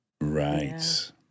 right